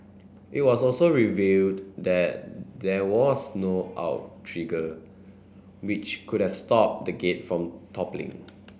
it was also revealed that there was no outrigger which could have stopped the gate from toppling